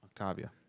Octavia